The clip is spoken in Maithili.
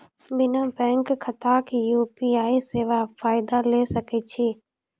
बिना बैंक खाताक यु.पी.आई सेवाक फायदा ले सकै छी?